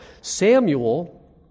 Samuel